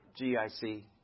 GIC